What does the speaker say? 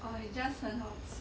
!wah! it's just 很好吃